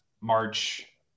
March